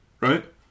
right